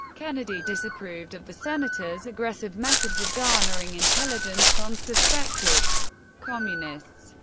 kennedy disapproved of the senator's aggressive methods of garnering intelligence on suspected communists.